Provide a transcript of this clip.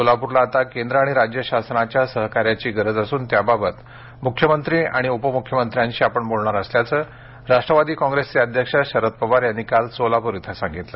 सोलाप्रला आता केंद्र आणि राज्य शासनाच्या सहकार्याची गरज असून त्याबाबत मुख्यमंत्री आणि उपमुख्यमंत्र्यांशी बोलणार असल्याचं राष्ट्रवादी काँग्रेसचे अध्यक्ष शरद पवार यांनी काल सोलापुरात सांगितलं